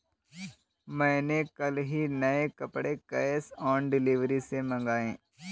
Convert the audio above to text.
मैंने कल ही नए कपड़े कैश ऑन डिलीवरी से मंगाए